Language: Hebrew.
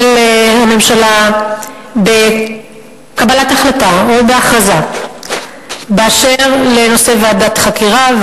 הממשלה בקבלת החלטה או בהכרזה באשר לנושא ועדת חקירה,